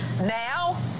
now